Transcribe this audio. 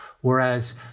Whereas